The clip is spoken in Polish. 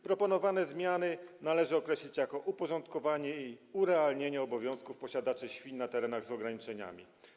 Proponowane zmiany należy określić jako uporządkowanie i urealnienie obowiązków posiadaczy świń na terenach z ograniczeniami.